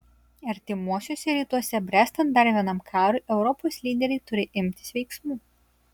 artimuosiuose rytuose bręstant dar vienam karui europos lyderiai turi imtis veiksmų